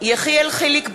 יחיאל חיליק בר,